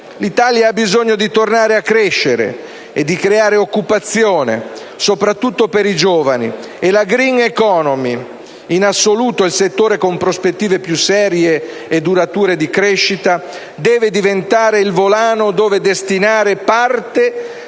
L'Italia ha bisogno di tornare a crescere e di creare occupazione, soprattutto per i giovani, e la *green economy* - in assoluto il settore con prospettive più serie e durature di crescita - deve diventare il volano dove destinare parte